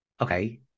okay